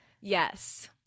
Yes